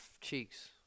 cheeks